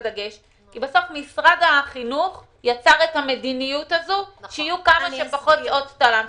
בסוף משרד החינוך יצר את המדיניות הזו שיהיו כמה שפחות שעות לתל"ן.